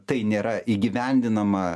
tai nėra įgyvendinama